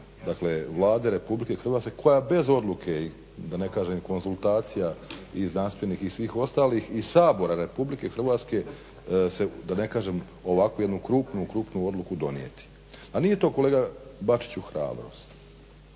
dakle Vlade RH koja bez odluke da ne kažem i konzultacija i znanstvenih i svih ostalih i Sabora RH da ne kažem jednu ovakvu krupnu, krupnu odluku donijeti. Al' nije to kolega Bačiću hrabrost,